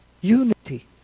unity